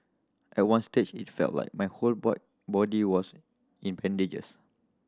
at one stage it felt like my whole boy body was in bandages